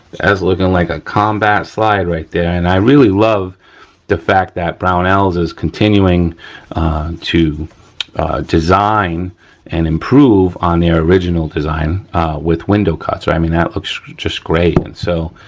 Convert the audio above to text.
looking like a combat slide right there and i really love the fact that brownells is continuing to design and improve on their original design with window cuts, i mean that looks just great. and so,